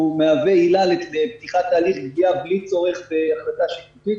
הוא מהווה עילה לפתיחת תהליך גבייה בלי צורך בהחלטה שיפוטית,